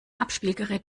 abspielgerät